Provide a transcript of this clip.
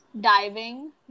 diving